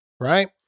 right